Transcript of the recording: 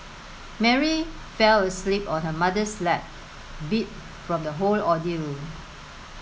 Mary fell asleep on her mother's lap beat from the whole ordeal